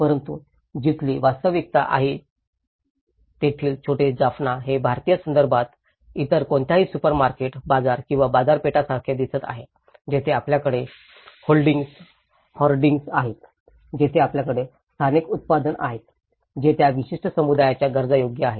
परंतु जिथली वास्तविकता आहे तेथील छोटे जाफना हे भारतीय संदर्भात इतर कोणत्याही सुपरमार्केट बाजार किंवा बाजारपेठांसारखे दिसत आहे जेथे आपल्याकडे होर्डिंग्ज आहेत जेथे आपल्याकडे स्थानिक उत्पादन आहे जे त्या विशिष्ट समुदायाच्या गरजा योग्य आहेत